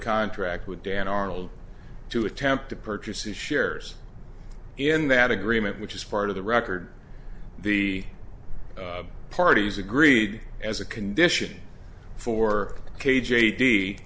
contract with dan arnold to attempt to purchase the shares in that agreement which is part of the record the parties agreed as a condition for k j d